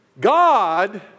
God